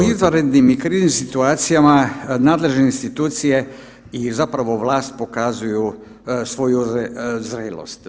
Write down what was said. U izvanrednim i kriznim situacijama nadležne institucije i zapravo vlast pokazuju svoju zrelost.